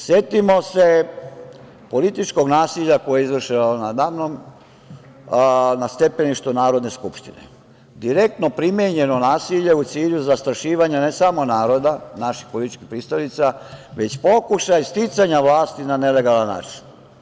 Setimo se političkog nasilja koje je izvršeno nada mnom na stepeništu Narodne skupštine, direktno primenjeno nasilje u cilju zastrašivanja ne samo naroda, naših političkih pristalica, već pokušaj sticanja vlasti na nelegalan način.